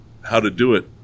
how-to-do-it